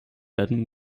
werden